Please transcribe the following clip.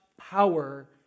power